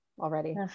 already